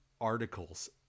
articles